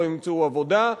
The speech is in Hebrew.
לא ימצאו עבודה,